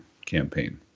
Campaign